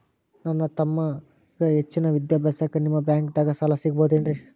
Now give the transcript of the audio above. ನನ್ನ ತಮ್ಮಗ ಹೆಚ್ಚಿನ ವಿದ್ಯಾಭ್ಯಾಸಕ್ಕ ನಿಮ್ಮ ಬ್ಯಾಂಕ್ ದಾಗ ಸಾಲ ಸಿಗಬಹುದೇನ್ರಿ?